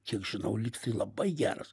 kiek žinau lyg tai labai geras